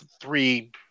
three